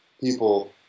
people